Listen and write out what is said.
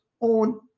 own